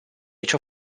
age